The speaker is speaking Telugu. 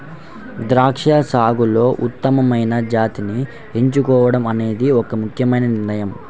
ద్రాక్ష సాగులో ఉత్తమమైన జాతిని ఎంచుకోవడం అనేది ఒక ముఖ్యమైన నిర్ణయం